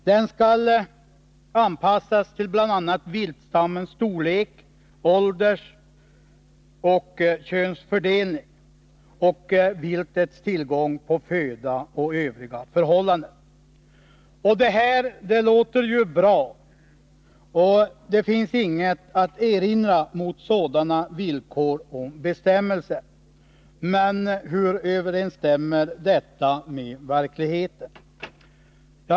Den skall anpassas till bl.a. viltstammens storlek, åldersoch könsfördelning, viltets tillgång på föda och övriga förhållanden. Det här låter ju bra, och det finns inget att erinra mot sådana villkor och bestämmelser. Men hur överensstämmer detta med verkligheten?